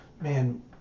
Man